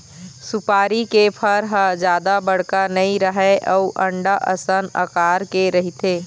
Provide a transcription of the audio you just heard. सुपारी के फर ह जादा बड़का नइ रहय अउ अंडा असन अकार के रहिथे